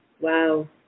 Wow